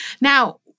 Now